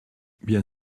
bien